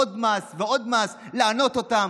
עוד מס ועוד מס, לענות אותם.